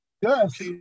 Yes